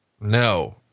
No